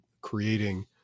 creating